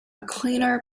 cleaner